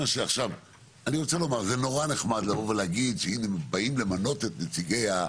זה נורא נחמד להגיד שהנה באים למנות את נציגי ה